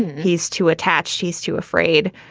he's too attached. she's too afraid.